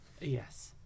Yes